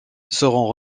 seront